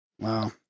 Wow